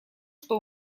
что